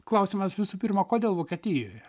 klausimas visų pirma kodėl vokietijoje